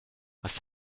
was